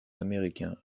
américain